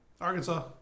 Arkansas